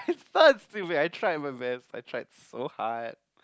but it's too bad I tried my best I tried so hard